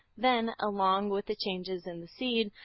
then, along with the changes in the seed,